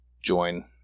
join